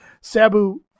Sabu